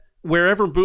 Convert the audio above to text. wherever